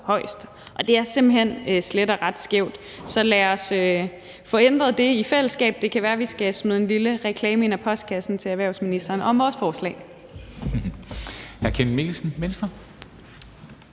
og det er simpelt hen slet og ret skævt. Så lad os få ændret det i fællesskab. Det kan være, vi skal smide en lille reklame for vores forslag ind i postkassen til erhvervsministeren. Kl.